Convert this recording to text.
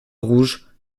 rouge